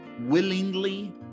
willingly